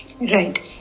Right